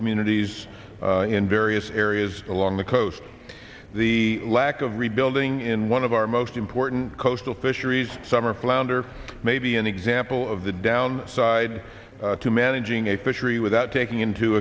communities in various areas along the coast the lack of rebuilding in one of our most important coastal fisheries summer flowers or maybe an example of the down side to managing a fishery without taking into